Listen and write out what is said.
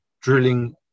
drilling